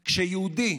"כשיהודי,